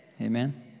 Amen